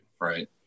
right